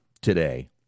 today